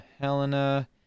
Helena